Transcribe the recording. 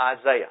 Isaiah